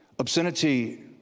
Obscenity